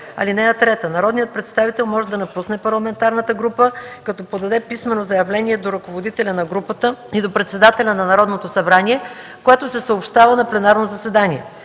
(3) Народният представител може да напусне парламентарната група, като подаде писмено заявление до ръководителя на групата и председателя на Народното събрание, което се съобщава на пленарно заседание.